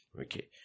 Okay